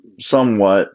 somewhat